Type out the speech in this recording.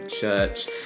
Church